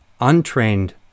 untrained